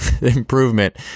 improvement